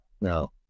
No